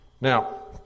Now